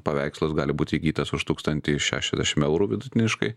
paveikslas gali būti įgytas už tūkstantį šešiasdešim eurų vidutiniškai